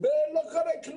אבל כלום לא קורה.